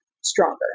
stronger